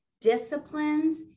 disciplines